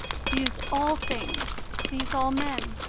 views all things, sees all men,